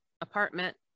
apartment